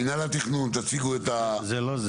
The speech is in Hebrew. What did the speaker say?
מינהל התכנון, תציגו את הבקשה.